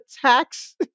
tax